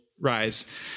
rise